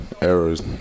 errors